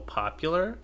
popular